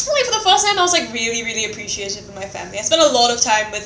probably for the first time I was like really really appreciative of my family I spent a lot of time with